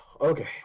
Okay